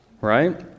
right